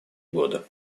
года